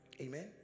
Amen